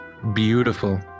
Beautiful